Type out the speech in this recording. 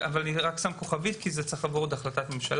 לזה כוכבית כי זה צריך לעבור עוד החלטת ממשלה.